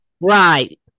right